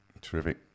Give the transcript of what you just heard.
Terrific